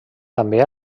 també